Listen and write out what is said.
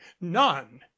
none